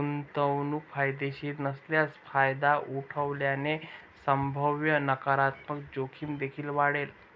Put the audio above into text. गुंतवणूक फायदेशीर नसल्यास फायदा उठवल्याने संभाव्य नकारात्मक जोखीम देखील वाढेल